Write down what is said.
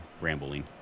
rambling